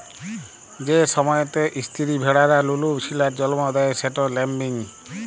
যে সময়তে ইস্তিরি ভেড়ারা লুলু ছিলার জল্ম দেয় সেট ল্যাম্বিং